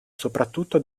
soprattutto